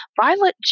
Violet